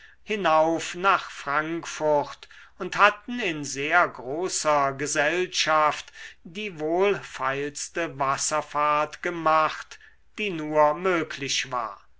hinauf nach frankfurt und hatten in sehr großer gesellschaft die wohlfeilste wasserfahrt gemacht die nur möglich war